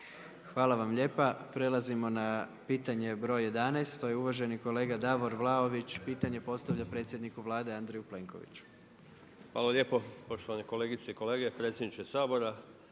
Hvala vam lijepa. Prelazimo na pitanje broj 11, to je uvaženi kolega Davor Vlaović, pitanje postavlja predsjedniku Vlade Andreju Plenkoviću. **Vlaović, Davor (HSS)** Hvala lijepo. Poštovane kolegice i kolege, predsjedniče Sabora,